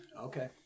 Okay